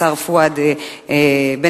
השר פואד בן-אליעזר,